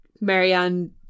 Marianne